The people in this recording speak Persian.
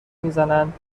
میزنند